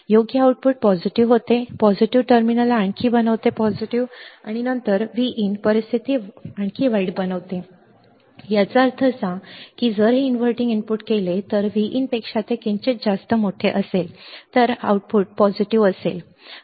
योग्य आउटपुट सकारात्मक होते हे सकारात्मक टर्मिनलला आणखी बनवते सकारात्मक आणि नंतर विन परिस्थिती आणखी वाईट बनवते याचा अर्थ असा की जर हे इनव्हर्टिंग इनपुट केले तर ते विन पेक्षा किंचित जास्त मोठे असेल तर आउटपुट सकारात्मक होईल